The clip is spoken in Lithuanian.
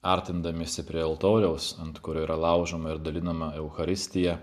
artindamiesi prie altoriaus ant kurio yra laužoma ir dalinama eucharistija